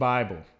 Bible